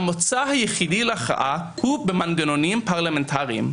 המוצא היחידי להכרעה הוא במנגנונים פרלמנטריים.